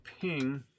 ping